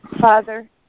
Father